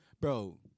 bro